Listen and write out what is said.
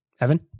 Evan